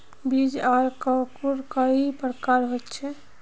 बीज आर अंकूर कई प्रकार होचे?